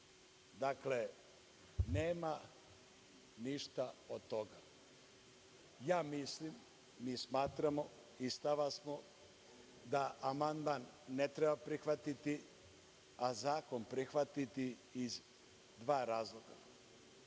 Dakle, nema ništa od toga. Mi smatramo i stava smo da amandman ne treba prihvatiti, a zakon prihvatiti, iz dva razloga.